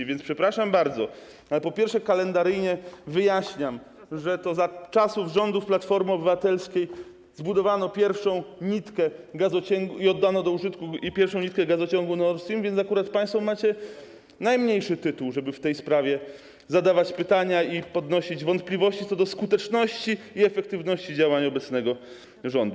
A więc przepraszam bardzo, po pierwsze, jeśli chodzi o kalendarium, wyjaśniam, że to za czasów rządu Platformy Obywatelskiej zbudowano pierwszą nitkę gazociągu i oddano do użytku pierwszą nitkę gazociągu Nord Stream, więc akurat państwo macie najmniejszy tytuł, żeby w tej sprawie zadawać pytania i podnosić wątpliwości co do skuteczności i efektywności działań obecnego rządu.